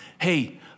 hey